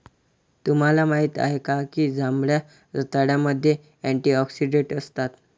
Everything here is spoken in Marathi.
तुम्हाला माहित आहे का की जांभळ्या रताळ्यामध्ये अँटिऑक्सिडेंट असतात?